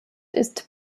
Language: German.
ist